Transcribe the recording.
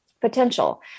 potential